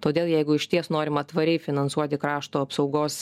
todėl jeigu išties norima tvariai finansuoti krašto apsaugos